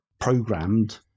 programmed